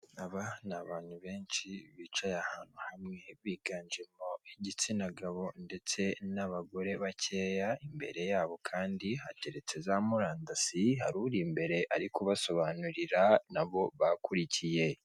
Aba ni abantu benshi bicaye ahantu hamwe, biganjemo igitsinagabo ndetse n'abagore bakeya, imbere yabo hateretse za murandasi, hari uri imbere ari kubasobanurira, nabo bakurikiye.